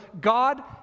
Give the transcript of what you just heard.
God